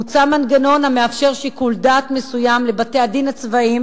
מוצע מנגנון המאפשר שיקול דעת מסוים לבתי-הדין הצבאיים